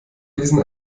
diesen